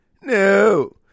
no